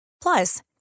Plus